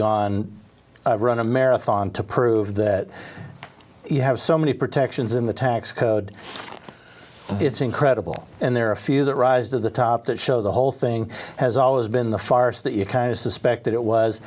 gone run a marathon to prove that you have so many protections in the time it's incredible and they're a fee that rise to the top that show the whole thing has always been the farce that you kind of suspected it was